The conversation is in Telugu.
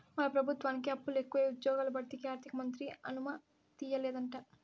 మన పెబుత్వానికి అప్పులెకువై ఉజ్జ్యోగాల భర్తీకి ఆర్థికమంత్రి అనుమతియ్యలేదంట